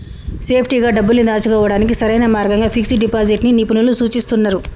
సేఫ్టీగా డబ్బుల్ని దాచుకోడానికి సరైన మార్గంగా ఫిక్స్డ్ డిపాజిట్ ని నిపుణులు సూచిస్తున్నరు